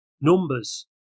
numbers